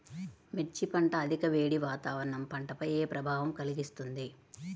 మిర్చి పంట అధిక వేడి వాతావరణం పంటపై ఏ ప్రభావం కలిగిస్తుంది?